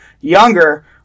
younger